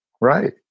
Right